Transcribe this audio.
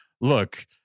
look